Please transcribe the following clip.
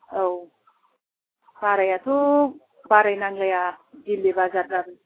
औ बारायाथ' बाराय नांलाया डेलि बाजार जायो